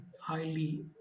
highly